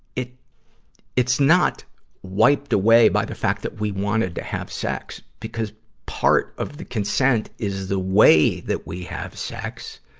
it's not wiped away by the fact that we wanted to have sex because part of the consent is the way that we have sex,